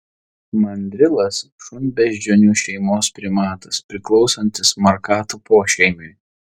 mandrilas šunbeždžionių šeimos primatas priklausantis markatų pošeimiui